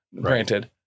granted